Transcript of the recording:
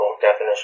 definition